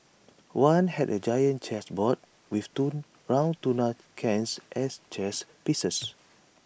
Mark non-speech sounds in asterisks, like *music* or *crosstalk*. one had A giant chess board with *unintelligible* round tuna cans as chess pieces